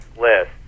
list